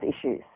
issues